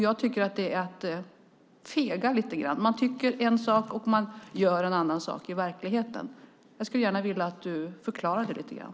Jag tycker att det är att fega lite grann att tycka en sak och göra en annan sak i verkligheten. Jag skulle vilja att du förklarar dig lite grann.